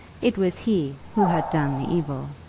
it was he who had done the evil.